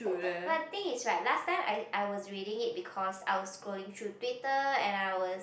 but I think is like last time I I was reading it because I'll scrolling through Peter and ours